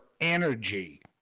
energy